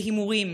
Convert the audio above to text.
להימורים,